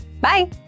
bye